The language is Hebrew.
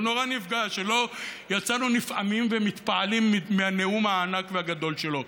הוא נורא נפגע שלא יצאנו נפעמים ומתפעלים מהנאום הענק והגדול שלו.